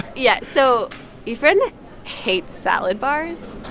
yeah, so efren hates salad bars